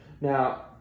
Now